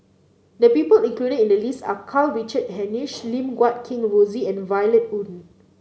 the people included in the list are Karl Richard Hanitsch Lim Guat Kheng Rosie and Violet Oon